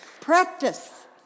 Practice